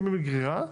גרירה.